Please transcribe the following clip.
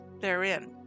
therein